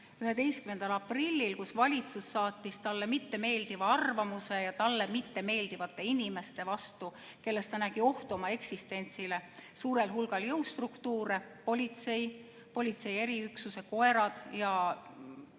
11. aprillil, saatis valitsus talle mittemeeldiva arvamusega ja talle mittemeeldivate inimeste vastu, kelles ta nägi ohtu oma eksistentsile, suurel hulgal jõustruktuure: politsei, politsei eriüksuse koerad,